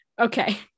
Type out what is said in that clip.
okay